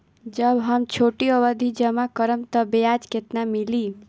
जब हम छोटी अवधि जमा करम त ब्याज केतना मिली?